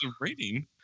rating